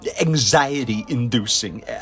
anxiety-inducing